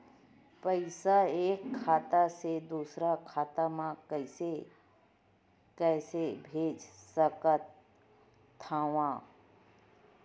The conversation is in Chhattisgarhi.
पईसा एक खाता से दुसर खाता मा कइसे कैसे भेज सकथव?